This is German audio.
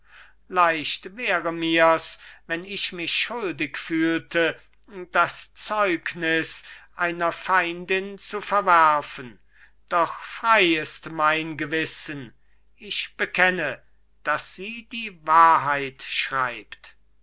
leicht wäre mir's wenn ich mich schuldig fühlte das zeugnis einer feindin zu verwerfen doch frei ist mein gewissen ich bekenne daß sie die wahrheit schreibt